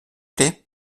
plaît